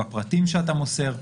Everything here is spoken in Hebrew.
בפרטים שאתה מוסר.